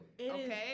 Okay